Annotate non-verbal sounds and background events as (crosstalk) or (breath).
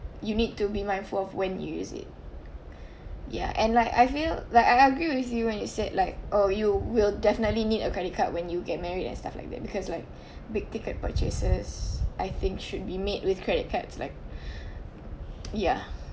you need to be mindful of when you use it ya and like I feel like I agree with you when you said like oh you will definitely need a credit card when you get married and stuff like that because like big ticket purchases I think should be made with credit cards like (breath) ya